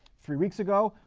three weeks ago,